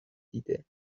دیده